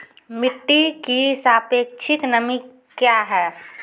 मिटी की सापेक्षिक नमी कया हैं?